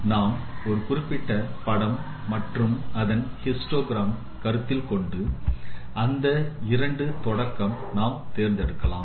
நாம் ஒரு குறிப்பிட்ட படம் மற்றும் அதன் ஹிஸ்டோகிரம் கருத்தில் கொண்டு இந்த இரண்டு தொடக்கம் நாம் தேர்ந்தெடுக்கலாம்